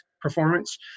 performance